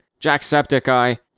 Jacksepticeye